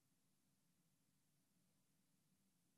--- חבר